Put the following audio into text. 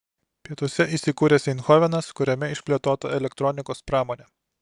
pietuose įsikūręs eindhovenas kuriame išplėtota elektronikos pramonė